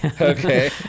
Okay